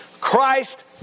Christ